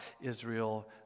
Israel